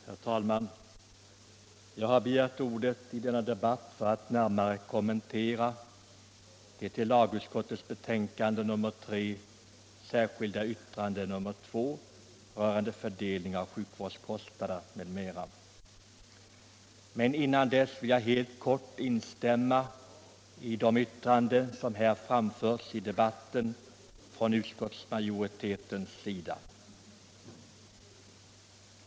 Herr talman! Jag har begärt ordet i denna debatt för att närmare kommentera det till lagutskottets betänkande nr 3 fogade särskilda yttrandet nr 2 rörande fördelning av sjukvårdskostnader m.m. Men innan dess vill jag helt kort instämma i de yttranden som framförts i debatten från utskottsmajoritetens sida.